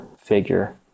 figure